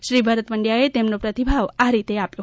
શ્રી ભરત પંડ્યાએ તેમનો પ્રતિભાવ આ રીતે આપ્યો